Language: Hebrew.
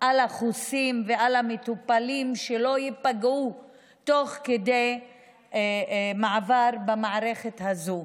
על החוסים ועל המטופלים שלא ייפגעו תוך כדי מעבר במערכת הזו,